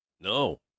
No